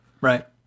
right